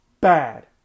bad